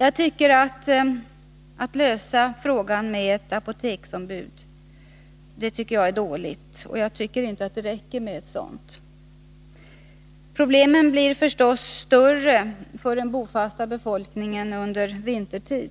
Jag tycker att det är dåligt att lösa frågan genom att ha ett apoteksombud. Det räcker inte med ett sådant. Problemen blir förstås större för den bofasta befolkningen under vintertid.